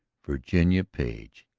virginia page,